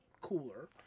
cooler